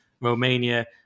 Romania